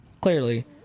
clearly